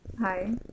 Hi